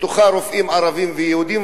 בתוכה רופאים ערבים ויהודים,